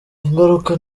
ingaruka